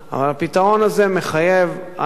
אבל הפתרון הזה מחייב, א.